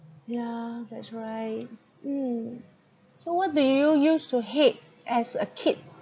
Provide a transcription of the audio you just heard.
yeah that's right mm so what do you used to hate as a kid